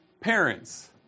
parents